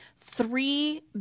three